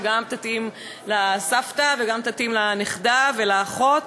שגם תתאים לסבתא וגם תתאים לנכדה ולאחות.